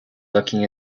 looking